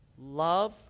love